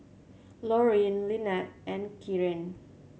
Lorraine Lynnette and Keara